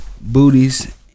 Booties